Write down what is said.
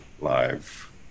live